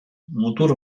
mutur